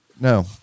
No